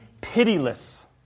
pitiless